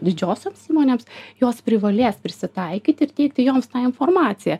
didžiosioms įmonėms jos privalės prisitaikyti ir teikti joms tą informaciją